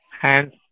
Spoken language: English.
hands